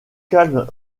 calme